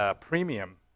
Premium